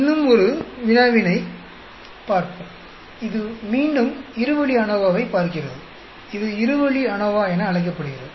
இன்னும் ஒரு வினாவினைப் பார்ப்போம் இது மீண்டும் இரு வழி அநோவாவைப் பார்க்கிறது இது இரு வழி அநோவா என அழைக்கப்படுகிறது